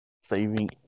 saving